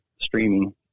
streaming